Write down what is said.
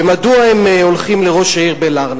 ומדוע הם הולכים אליו?